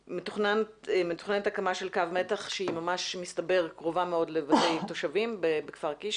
מתוכננת הקמה של קו מתח ומסתבר שהיא קרובה מאוד לבתי תושבים בקו קיש,